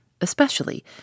especially